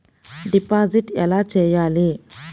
Deposit ఎలా చెయ్యాలి?